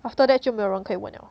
after that 就没有人可以问 liao